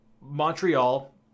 montreal